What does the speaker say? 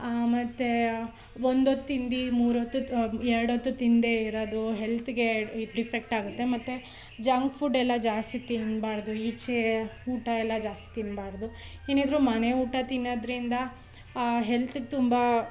ಮತ್ತು ಒಂದೊತ್ತು ತಿಂದು ಮೂರೊತ್ತು ಎರಡೊತ್ತು ತಿನ್ನದೇ ಇರೋದು ಹೆಲ್ತ್ಗೆ ಡಿಫೆಕ್ಟ್ ಆಗುತ್ತೆ ಮತ್ತು ಜಂಕ್ ಫುಡ್ ಎಲ್ಲ ಜಾಸ್ತಿ ತಿನ್ನಬಾರ್ದು ಈಚೆ ಊಟ ಎಲ್ಲ ಜಾಸ್ತಿ ತಿನ್ನಬಾರ್ದು ಏನಿದ್ದರೂ ಮನೆ ಊಟ ತಿನ್ನೋದ್ರಿಂದ ಹೆಲ್ತಗೆ ತುಂಬ